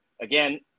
again